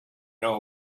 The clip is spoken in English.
know